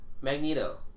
Magneto